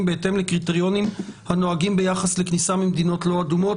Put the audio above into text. בהתאם לקריטריונים הנוהגים ביחס לכניסה ממדינות לא אדומות.